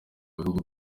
bihugu